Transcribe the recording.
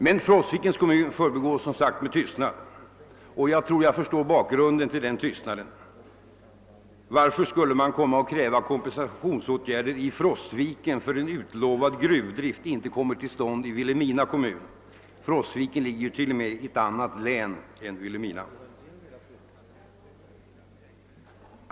Men Frostvikens kommun förbigicks som sagt med tystnad, och jag tror jag förstår bakgrunden till den tystnaden. Varför skulle man kunna kräva kompensationsåtgärder i Frostviken för att en utlovad gruvdrift inte kommer till stånd i Vilhelmina kommun? Frostviken ligger ju t.o.m. i ett annat län än Vilhelmina.